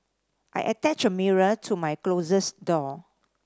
I attached a mirror to my closet door